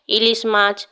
ইলিশ মাছ